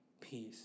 peace